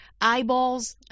eyeballs